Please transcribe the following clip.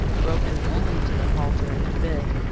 broken only to the halter and bit,